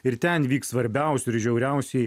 ir ten vyks svarbiausi ir žiauriausiai